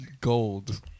gold